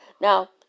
Now